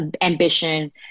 ambition